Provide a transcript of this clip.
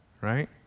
right